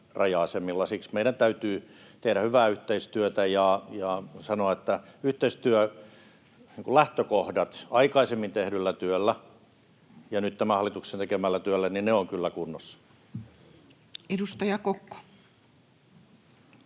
Siksi meidän täytyy tehdä hyvää yhteistyötä, ja voi sanoa, että yhteistyön lähtökohdat aikaisemmin tehdyllä työllä ja nyt tämän hallituksen tekemällä työllä ovat kyllä kunnossa. [Speech 58]